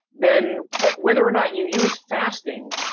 then but whether or not you use fasting